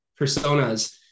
personas